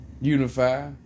unify